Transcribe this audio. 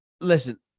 listen